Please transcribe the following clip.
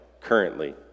currently